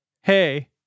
Hey